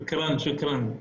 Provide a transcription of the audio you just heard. תודה תודה.